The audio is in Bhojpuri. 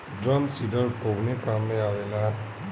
ड्रम सीडर कवने काम में आवेला?